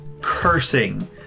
cursing